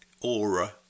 Aura